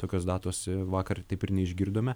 tokios datos vakar taip ir neišgirdome